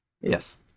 Yes